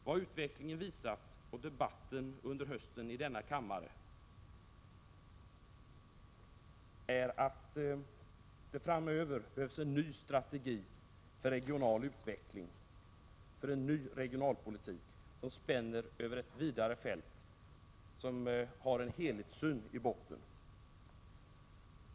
Vad utvecklingen och debatten i denna kammare under hösten har visat är att det framöver behövs en ny strategi för regional utveckling, för en ny regionalpolitik som spänner över ett vidare fält och som har en helhetssyn i botten.